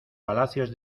palacios